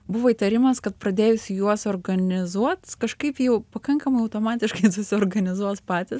buvo įtarimas kad pradėjus juos organizuot kažkaip jau pakankamai automatiškai susiorganizuos patys